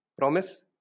Promise